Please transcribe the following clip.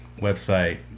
website